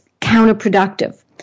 counterproductive